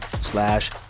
slash